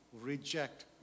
reject